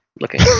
looking